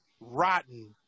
rotten